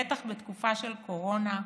בטח בתקופה של הקורונה,